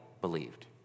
believed